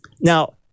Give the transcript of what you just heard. Now